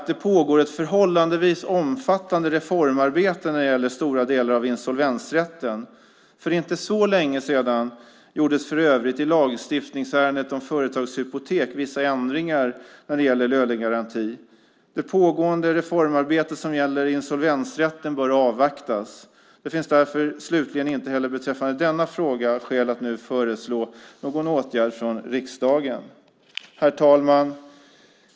Det pågår ett förhållandevis omfattande reformarbete när det gäller stora delar av insolvensrätten. För inte så länge sedan gjordes för övrigt i lagstiftningsärendet om företagshypotek vissa ändringar när det gäller lönegaranti. Det pågående reformarbetet som gäller insolvensrätten bör avvaktas. Det finns därför slutligen inte heller beträffande denna fråga skäl att nu föreslå någon åtgärd från riksdagen. Herr talman!